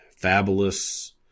Fabulous